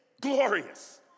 glorious